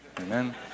Amen